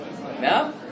No